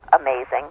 amazing